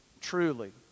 truly